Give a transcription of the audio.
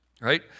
right